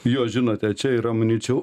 jo žinote čia yra manyčiau